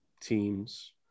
teams